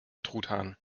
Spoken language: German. truthahn